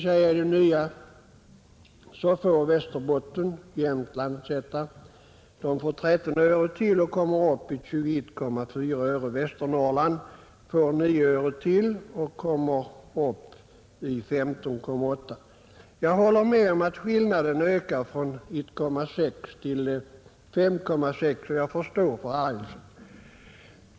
Med det nya systemet får Västerbotten-Jämtland 13 öre och Västernorrland får 9 öre. Skillnaden ökar sålunda från 1,6 till 4 öre, och jag håller med om att det är en betydande skillnad.